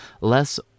less